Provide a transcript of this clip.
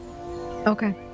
Okay